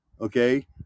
okay